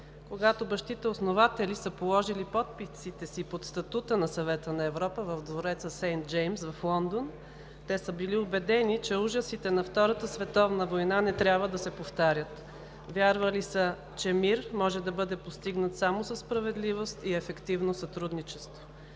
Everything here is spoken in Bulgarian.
Когато бащите основатели са положили подписите си под статута на Съвета на Европа в двореца „Сейнт Джеймс“ в Лондон, те са били убедени, че ужасите на Втората световна война не трябва да се повтарят. Вярвали са, че мир може да бъде постигнат само със справедливост и ефективно сътрудничество.